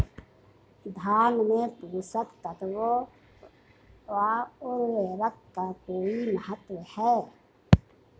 धान में पोषक तत्वों व उर्वरक का कोई महत्व है?